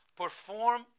perform